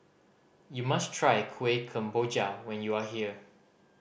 you must try Kuih Kemboja when you are here